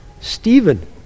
Stephen